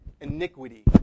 iniquity